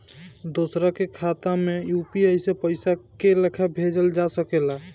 दोसरा के खाता पर में यू.पी.आई से पइसा के लेखाँ भेजल जा सके ला?